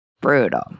brutal